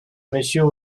monsieur